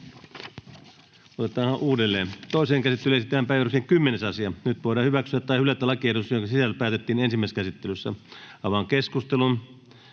N/A Content: Toiseen käsittelyyn esitellään päiväjärjestyksen 7. asia. Nyt voidaan hyväksyä tai hylätä lakiehdotukset, joiden sisällöstä päätettiin ensimmäisessä käsittelyssä. — Avaan keskustelun.